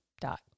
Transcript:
dot